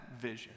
vision